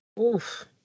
Oof